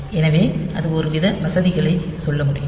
எனவே அது ஒருவித வசதிகளைச் சொல்ல முடியும்